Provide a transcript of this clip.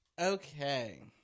okay